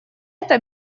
это